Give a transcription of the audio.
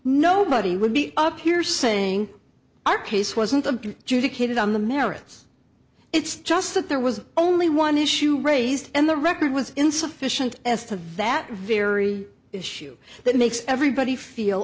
nobody would be up here saying our case wasn't due to kid on the merits it's just that there was only one issue raised and the record was insufficient as to vat very issue that makes everybody feel